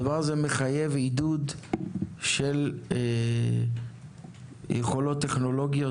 הדבר הזה מחייב עידוד של יכולות טכנולוגיות,